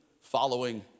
following